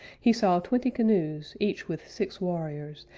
he saw twenty canoes, each with six warriors,